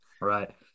Right